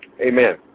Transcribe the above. Amen